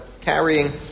carrying